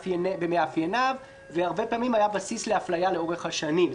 במאפייניו והרבה פעמים היה בסיס לאפליה לאורך השנים.